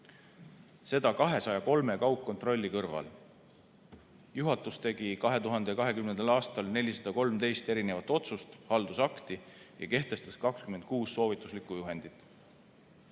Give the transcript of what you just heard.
seda 203 kaugkontrolli kõrval. Juhatus tegi 2020. aastal 413 erinevat otsust, haldusakti, ja kehtestas 26 soovituslikku juhendit.